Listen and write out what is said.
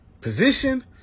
position